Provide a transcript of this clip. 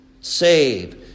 save